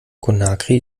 conakry